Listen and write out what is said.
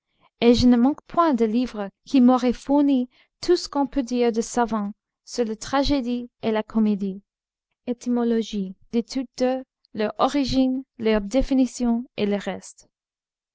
et je ne manque point de livres qui m'auraient fourni tout ce qu'on peut dire de savant sur la tragédie et la comédie l'étymologie de toutes deux leur origine leur définition et le reste